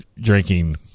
drinking